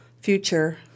future